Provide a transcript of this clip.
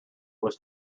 was